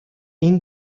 این